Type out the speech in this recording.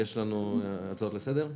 האם יש לנו הצעות לסדר?